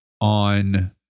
on